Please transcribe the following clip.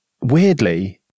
weirdly